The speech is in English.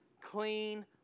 clean